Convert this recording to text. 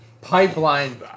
pipeline